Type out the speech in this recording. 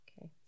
Okay